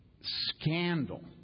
scandal